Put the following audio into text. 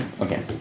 Okay